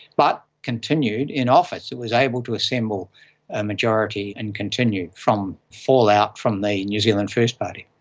but continued in office. it was able to assemble a majority and continue from fallout from the new zealand first party.